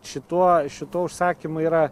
šituo šituo užsakymu yra